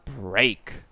break